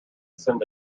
send